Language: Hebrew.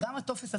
גם הטופס עצמו,